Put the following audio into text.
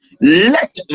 let